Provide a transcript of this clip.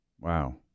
Wow